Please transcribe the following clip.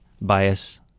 bias